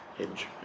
Hinge